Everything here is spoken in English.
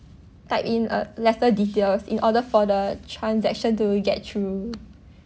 type in a lesser details in order for the transaction to get through